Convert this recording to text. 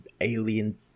alien